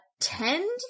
attend